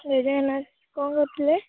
ଏ ଯାଏଁ କ'ଣ କରୁଥିଲେ